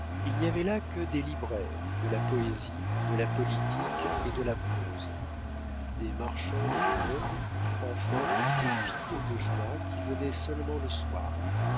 il n'y avait là que des libraires de la poésie de la politique et de la prose des marchandes de modes enfin des filles de joie qui venaient seulement le soir